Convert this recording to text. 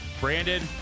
Brandon